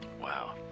Wow